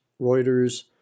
Reuters